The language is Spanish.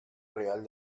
real